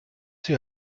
sie